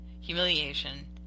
humiliation